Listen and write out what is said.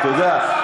אתה יודע,